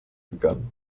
begann